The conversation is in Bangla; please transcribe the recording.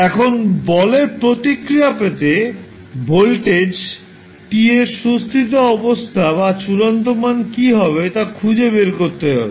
এখন বলের প্রতিক্রিয়া পেতে ভোল্টেজ t এর সুস্থিত অবস্থা বা চূড়ান্ত মান কী হবে তা খুঁজে বের করতে হবে